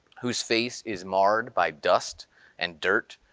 whose face is marred by dust and dirt,